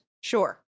Sure